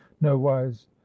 nowise